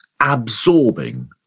absorbing